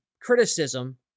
criticism